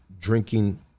drinking